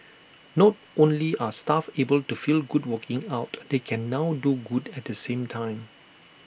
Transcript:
not only are staff able to feel good working out they can now do good at the same time